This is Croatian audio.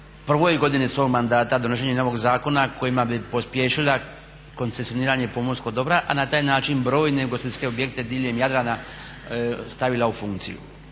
prvoj godini svog mandata donošenje novog zakona kojima bi pospješila koncesioniranje pomorskog dobra, a na taj način brojne ugostiteljske objekte diljem Jadrana stavila u funkciju.